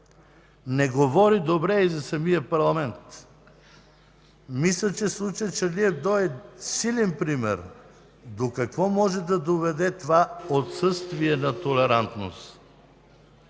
не говори добре и за самия парламент. Мисля, че случаят „Шарли ебдо” е силен пример до какво може да доведе това отсъствие на толерантност.